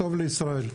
טוב לישראל,